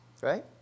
right